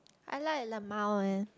I like LMAO eh